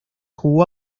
jugó